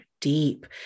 deep